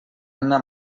anna